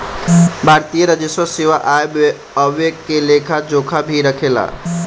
भारतीय राजस्व सेवा आय व्यय के लेखा जोखा भी राखेले